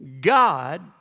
God